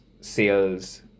sales